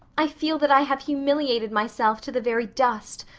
i feel that i have humiliated myself to the very dust.